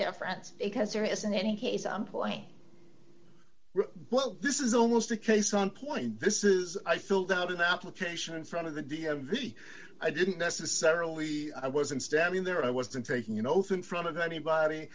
deference because there isn't any case i'm playing well this is almost a case on point and this is i filled out of the application in front of the d m v i didn't necessarily i wasn't standing there i wasn't taking an oath in front of anybody